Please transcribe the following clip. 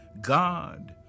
God